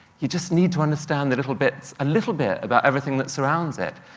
you just need to understand the little bits a little bit about everything that surrounds it.